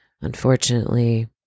Unfortunately